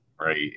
Right